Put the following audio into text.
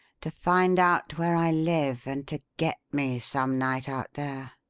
to find out where i live and to get me some night out there.